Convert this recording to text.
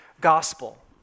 gospel